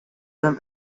them